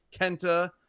Kenta